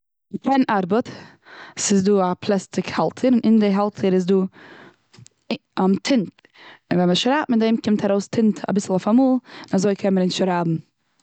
פען ארבעט ס'איז דא א פלעסטיק האלטער, און די האלטער איז דא טינט, און ווען מ'שרייבט מיט דעם קומט ארויס טינט אביסל אויף א מאל, און אזוי קענען אונז שרייבן.